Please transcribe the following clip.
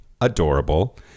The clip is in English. adorable